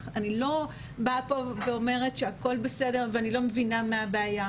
אני לא באה פה ואומרת שהכל בסדר ואני לא מבינה מה הבעיה.